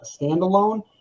standalone